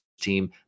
team